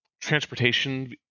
transportation